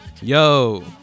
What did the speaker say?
Yo